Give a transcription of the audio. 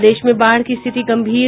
प्रदेश में बाढ़ की स्थिति गंभीर